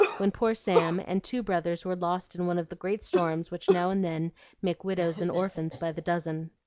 when poor sam and two brothers were lost in one of the great storms which now and then make widows and orphans by the dozen.